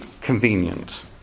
convenient